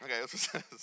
Okay